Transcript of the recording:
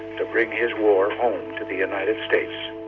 to bring his war home to the united states.